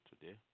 today